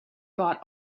bought